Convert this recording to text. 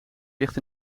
ligt